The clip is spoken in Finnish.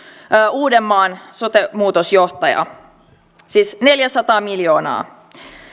uudenmaan sote muutosjohtaja siis neljäsataa miljoonaa